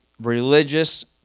religious